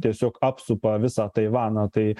tiesiog apsupa visą taivaną tai